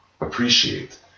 Appreciate